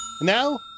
now